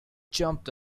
jumped